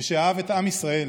ושאהב את עם ישראל